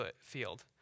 field